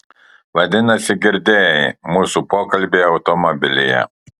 vadinasi girdėjai mūsų pokalbį automobilyje